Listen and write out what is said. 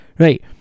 Right